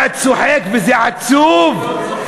אתה צוחק, וזה עצוב, אני לא צוחק.